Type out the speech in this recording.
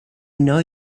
know